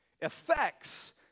affects